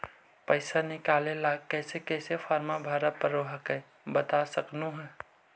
पैसा निकले ला कैसे कैसे फॉर्मा भरे परो हकाई बता सकनुह?